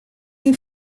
een